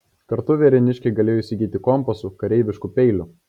kartu varėniškiai galėjo įsigyti kompasų kareiviškų peilių